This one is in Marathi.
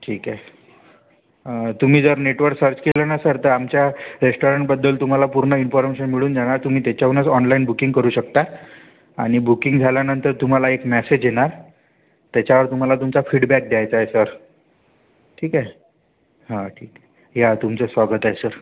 ठीकेय तुम्ही जर नेटवर सर्च केलं ना सर तर आमच्या रेस्टॉरणबद्दल तुम्हाला पूर्ण इन्पॉर्मेशन मिळून जाणार तुम्ही त्याच्याहूनच ऑनलाइन बुकिंग करू शकता आणि बुकिंग झाल्यानंतर तुम्हाला एक मॅसेज येणार त्याच्यावर तुम्हाला तुमचा फीडबॅक द्यायचा आहे सर ठीक आहे हां ठीक या तुमचं स्वागत आहे सर